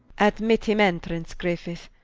admit him entrance griffith.